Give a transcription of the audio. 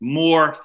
more